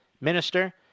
minister